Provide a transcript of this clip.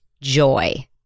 joy